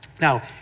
Now